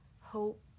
hope